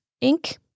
ink